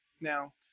now